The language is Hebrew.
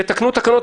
תתקנו תקנות,